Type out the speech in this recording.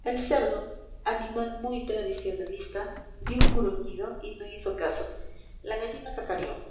el cerdo animal muy tradicionalista dio un gruñido y no hizo caso la gallina cacareó